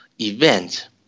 event